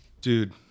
dude